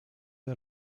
the